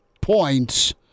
points